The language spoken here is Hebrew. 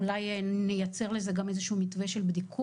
אולי נייצר לזה גם איזה שהוא מתווה של בדיקות,